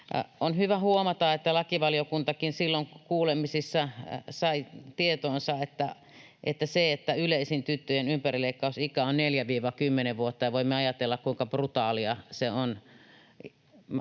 On hyvä huomata, että lakivaliokuntakin silloin kuulemisissa sai tietoonsa, että yleisin tyttöjen ympärileikkausikä on 4—10 vuotta. Voimme ajatella, kuinka brutaalia se on,